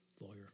lawyer